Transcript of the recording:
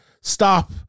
stop